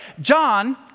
John